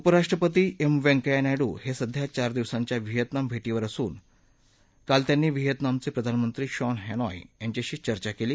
उपराष्ट्रपती एम व्यंकया नायडू हे सध्या चार दिवसांच्या व्हिएतनाम भेटीवर असून काल त्यांनी व्हिएतनामचे प्रधानमंत्री शॉन हॅनोई यांच्याशी चर्चा केली